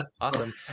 awesome